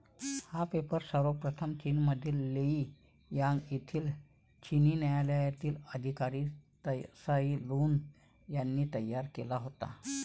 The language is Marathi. हा पेपर सर्वप्रथम चीनमधील लेई यांग येथील चिनी न्यायालयातील अधिकारी त्साई लुन यांनी तयार केला होता